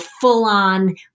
full-on